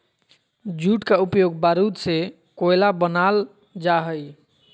jute का उपयोग बारूद से कोयला बनाल जा हइ